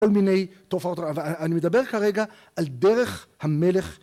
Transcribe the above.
כל מיני תופעות הרעבה אני מדבר כרגע על דרך המלך